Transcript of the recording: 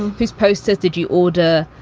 these posters did you order?